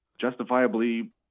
justifiably